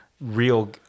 real